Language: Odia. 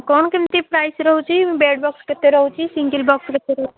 କ'ଣ କେମିତି ପ୍ରାଇସ୍ ରହୁଛି ବେଡ଼୍ ବକ୍ସ କେତେ ରହୁଛି ସିଙ୍ଗିଲ୍ ବକ୍ସ କେତେ ରହୁଛି